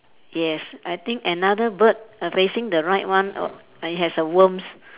yes I think another bird uh facing the right one uh it has a worms